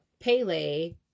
Pele